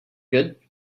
good